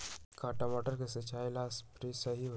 का टमाटर के सिचाई ला सप्रे सही होई?